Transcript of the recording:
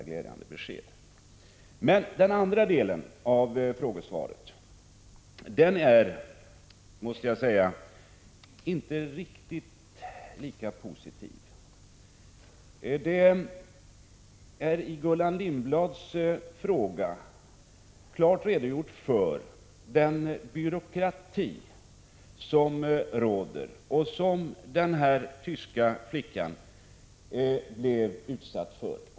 173 Men den andra delen av frågesvaret är inte riktigt lika positiv. Gullan Lindblad har i sin fråga tydligt redogjort för den byråkrati som råder och som denna tyska flicka blev utsatt för.